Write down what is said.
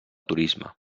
turisme